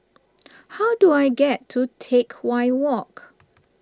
how do I get to Teck Whye Walk